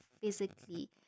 physically